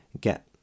get